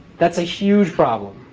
that's a huge problem.